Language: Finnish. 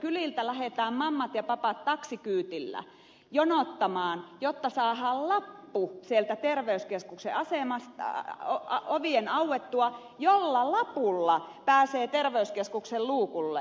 kyliltä lähdetään mammat ja papat taksikyydillä jonottamaan jotta saadaan lappu sieltä terveyskeskuksesta ovien auettua jolla lapulla pääsee terveyskeskuksen luukulle